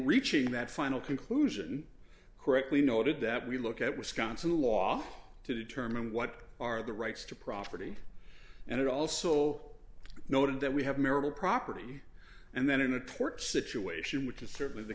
reaching that final conclusion correctly noted that we look at wisconsin law to determine what are the rights to property and it also noted that we have marital property and then in a court situation which is certainly the